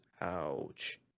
ouch